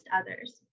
others